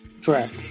track